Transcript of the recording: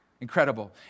incredible